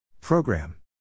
Program